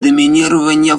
доминирования